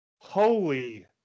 Holy